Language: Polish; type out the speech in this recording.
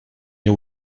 nie